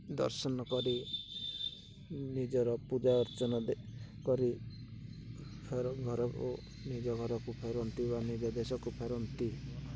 ଦର୍ଶନ କରି ନିଜର ପୂଜା ଅର୍ଚ୍ଚନା ଦେଇ କରି ଫେରେ ଘରକୁ ନିଜ ଘରକୁ ଫେରନ୍ତି ବା ନିଜ ଦେଶକୁ ଫେରନ୍ତି